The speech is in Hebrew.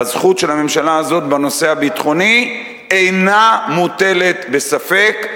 והזכות של הממשלה הזאת בנושא הביטחוני אינה מוטלת בספק,